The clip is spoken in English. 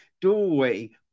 doorway